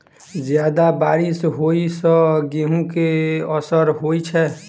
जियादा बारिश होइ सऽ गेंहूँ केँ असर होइ छै?